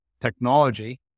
technology